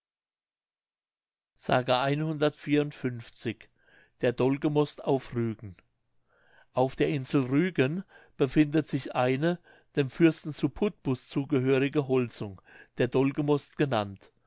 mündlich der dollgemost auf rügen auf der insel rügen befindet sich eine dem fürsten zu putbus zugehörige holzung der dollgemost genannt